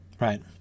right